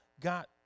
God